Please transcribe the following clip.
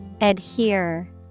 adhere